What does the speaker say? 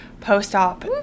post-op